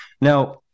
Now